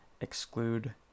exclude